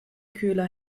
köhler